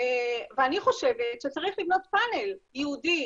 ואני חושבת שצריך לבנות פאנל ייעודי